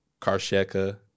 Karsheka